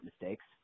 mistakes